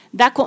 da